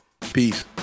Peace